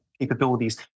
capabilities